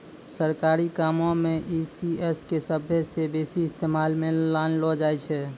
सरकारी कामो मे ई.सी.एस के सभ्भे से बेसी इस्तेमालो मे लानलो जाय छै